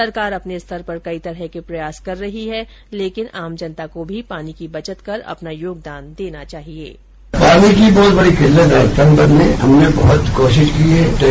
सरकार अपने स्तर पर कई तरह के प्रयास कर रही है लेकिन आम जनता को भी पानी की बचत कर अपना योगदान देना चाहिये